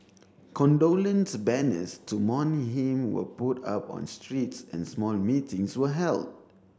condolence banners to mourn him were put up on streets and small meetings were held